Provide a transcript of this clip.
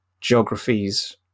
geographies